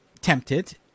tempted